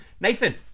nathan